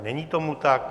Není tomu tak.